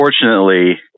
unfortunately